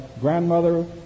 grandmother